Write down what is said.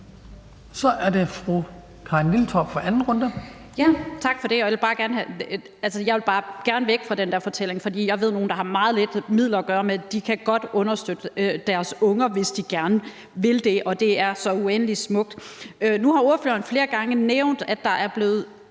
Så er det fru Karin Liltorp for anden runde. Kl. 17:23 Karin Liltorp (M): Tak for det. Jeg vil bare gerne væk fra den fortælling, for jeg ved, at nogle af dem, der har meget få midler at gøre med, godt kan understøtte deres unger, hvis de gerne vil det, og det er så uendelig smukt. Nu har ordføreren flere gange nævnt, at der er blevet